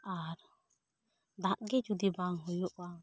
ᱟᱨ ᱫᱟᱜ ᱜᱮ ᱡᱩᱫᱤ ᱵᱟᱝ ᱦᱳᱭᱳᱜᱼᱟ